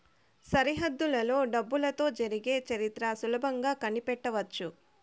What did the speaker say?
సరిహద్దులలో డబ్బులతో జరిగే చరిత్ర సులభంగా కనిపెట్టవచ్చు